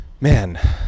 man